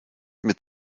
mit